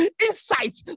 insight